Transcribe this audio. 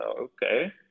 okay